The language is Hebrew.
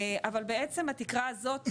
אבל בעצם התקרה הזאת,